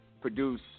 produce